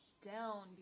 down